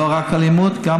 לא רק על אלימות פיזית,